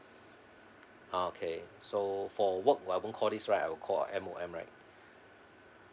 okay so for work I won't call this right I will call M_O_M right